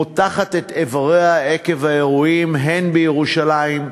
מותחת את איבריה עקב האירועים, הן בירושלים,